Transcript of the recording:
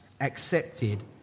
accepted